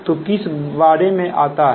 तो किस बारे में आता है